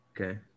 Okay